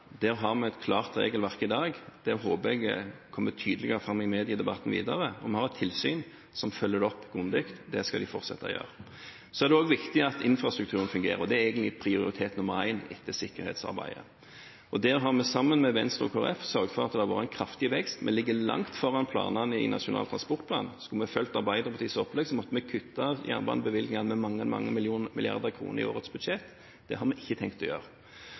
et klart regelverk i dag – det håper jeg kommer tydeligere fram i mediedebatten videre – og vi har et tilsyn som følger det opp grundig. Det skal de fortsette å gjøre. Det er også viktig at infrastrukturen fungerer, og det er egentlig prioritet nr. 1 etter sikkerhetsarbeidet. Der har vi, sammen med Venstre og Kristelig Folkeparti, sørget for at det har vært en kraftig vekst. Vi ligger langt foran planene i Nasjonal transportplan. Skulle vi fulgt Arbeiderpartiets opplegg, måtte vi kuttet jernbanebevilgningene med mange, mange milliarder kroner i årets budsjett. Det har vi ikke tenkt å gjøre.